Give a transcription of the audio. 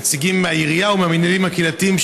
נציגים מהעירייה ומהמינהלים הקהילתיים,